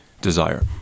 desire